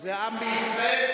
שזה העם בישראל.